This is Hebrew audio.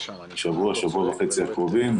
בשבוע שבוע וחצי הקרובים,